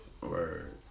Word